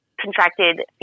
contracted